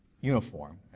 uniform